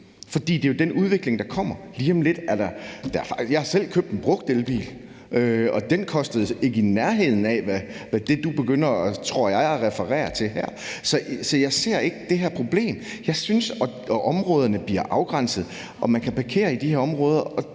for det er jo den udvikling, der kommer lige om lidt. Jeg har selv købt en brugt elbil, og den kostede ikke i nærheden af det, du begynder, tror jeg, at referere til her. Så jeg ser ikke det her problem. Områderne bliver afgrænset, og man kan parkere i de her områder.